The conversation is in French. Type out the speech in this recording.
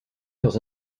leurs